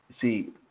see